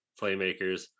playmakers